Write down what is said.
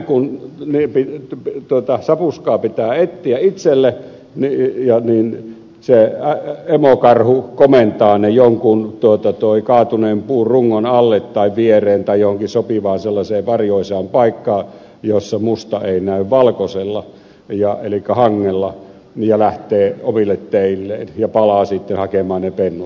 kun sapuskaa pitää etsiä itselle niin se emokarhu komentaa ne jonkun kaatuneen puunrungon alle tai viereen tai johonkin sellaiseen sopivaan varjoisaan paikkaan jossa musta ei näy valkoisella elikkä hangella ja lähtee omille teilleen ja palaa sitten hakemaan ne pennut